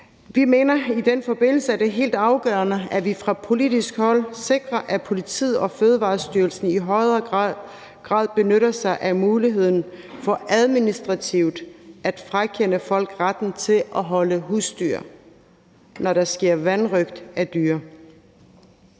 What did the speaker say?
Vi mener i den forbindelse, at det er helt afgørende, at vi fra politisk hold sikrer, at politiet og Fødevarestyrelsen i højere grad benytter sig af muligheden for administrativt at frakende folk retten til at holde husdyr, når der sker vanrøgt af dyr.